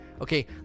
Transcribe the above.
okay